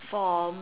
for m~